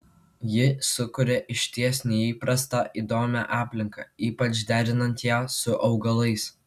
ji sukuria išties neįprastą įdomią aplinką ypač derinant ją su augalais